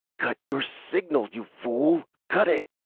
cut your signal, you fool! cut it.